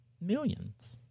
millions